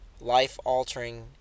Life-altering